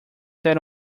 set